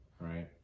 right